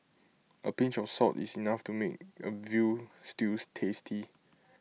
A pinch of salt is enough to make A Veal Stews tasty